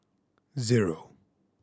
zero